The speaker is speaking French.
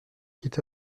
est